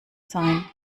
sein